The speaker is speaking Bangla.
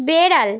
বেড়াল